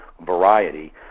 variety